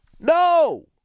No